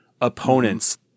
opponents